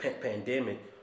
pandemic